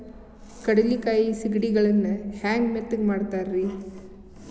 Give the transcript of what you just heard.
ಕಡಲೆಕಾಯಿ ಸಿಗಡಿಗಳನ್ನು ಹ್ಯಾಂಗ ಮೆತ್ತನೆ ಮಾಡ್ತಾರ ರೇ?